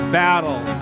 battle